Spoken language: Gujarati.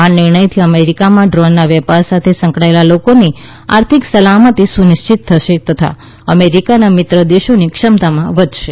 આ નિર્ણયથી અમેરીકામાં ડ્રોનના વેપાર સાથે સંકળાયેલા લોકોની આર્થિક સલામતી સુનિશ્ચિત થશે તથા અમેરીકાના મિત્રદેશોની ક્ષમતા વધશે